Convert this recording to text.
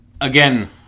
again